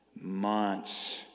months